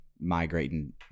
migrating